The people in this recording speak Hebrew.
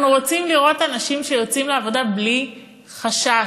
אנחנו רוצים לראות אנשים שיוצאים לעבודה בלי חשש: